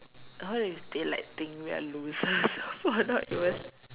what if they like think we are losers who are not even